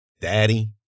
Daddy